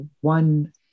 one